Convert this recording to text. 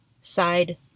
side